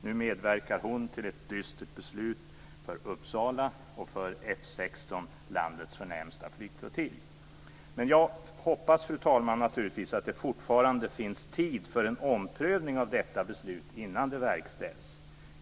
Nu medverkar hon till ett dystert beslut för Uppsala och för F 16, landets förnämsta flygflottilj. Fru talman! Jag hoppas naturligtvis att det fortfarande finns tid för en omprövning av det här beslutet innan det verkställs.